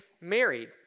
married